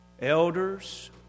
elders